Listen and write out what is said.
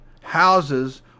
houses